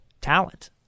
talent